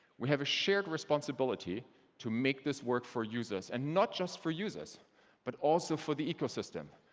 we have a shared responsibility to make this work for users, and not just for users but also for the ecosystem.